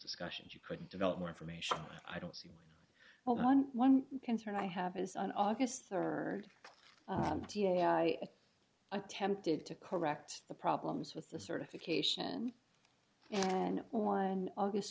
discussions you couldn't develop more information i don't see one well on one concern i have is on august rd m t a i attempted to correct the problems with the certification and one august